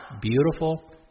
Beautiful